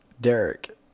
Derek